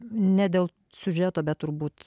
ne dėl siužeto bet turbūt